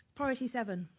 priority seven,